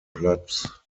platz